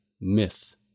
myth